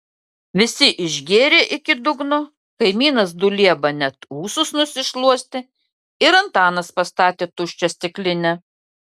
visi išgėrė iki dugno kaimynas dulieba net ūsus nusišluostė ir antanas pastatė tuščią stiklinę